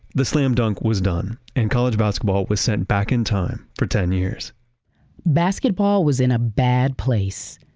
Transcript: the slam dunk was done and college basketball was sent back in time for ten years basketball was in a bad place.